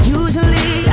usually